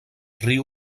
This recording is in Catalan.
riu